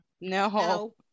No